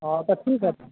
हऽ तऽ ठीक हय